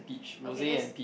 okay that's